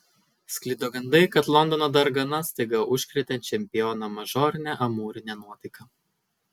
sklido gandai kad londono dargana staiga užkrėtė čempioną mažorine amūrine nuotaika